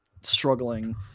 struggling